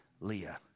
Leah